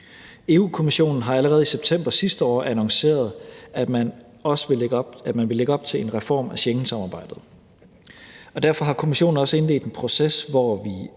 Europa-Kommissionen har allerede i september sidste år annonceret, at man vil lægge op til en reform af Schengensamarbejdet, og derfor har Kommissionen også indledt en proces, hvor vi